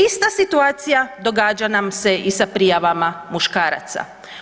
Ista situacija događa nam se i sa prijavama muškaraca.